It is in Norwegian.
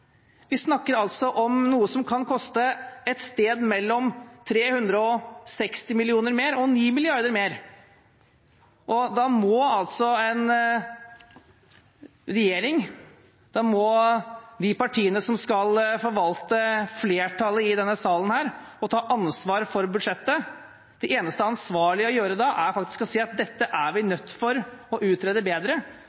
Vi snakker altså om noe som kan koste et sted mellom 360 mill. kr og 9 mrd. kr mer. For en regjering og de partiene som skal forvalte flertallet i denne salen og ta ansvar for budsjettet, er det eneste ansvarlige å gjøre å si at vi er nødt til å utrede dette bedre før vi